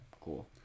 cool